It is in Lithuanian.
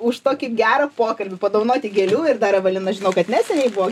už tokį gerą pokalbį padovanoti gėlių ir dar evelina žinau kad neseniai buvo